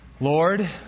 Lord